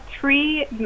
three